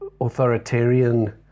authoritarian